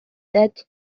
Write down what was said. that